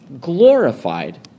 glorified